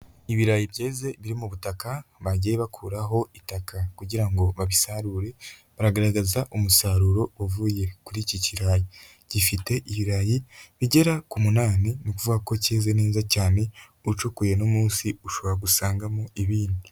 Ibirayi byeze biri mu butaka, bagiye bakuraho itaka kugira ngo babisarure, baragaragaza umusaruro uvuye kuri iki kirayi. Gifite ibirayi, bigera ku munani ni ukuvuga ko keze neza cyane, ucukuye no munsi, ushobora gusangamo ibindi.